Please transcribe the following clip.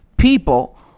People